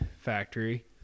factory